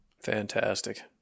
Fantastic